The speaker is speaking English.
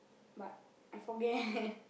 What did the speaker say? but I forget